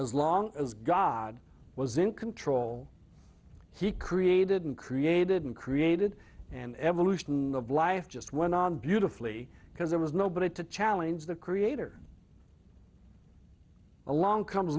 as long as god was in control he created and created and created an evolution of life just went on beautifully because there was nobody to challenge the creator along come